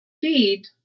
feed